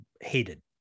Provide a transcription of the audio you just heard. hated